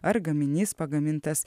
ar gaminys pagamintas